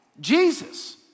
Jesus